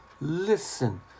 listen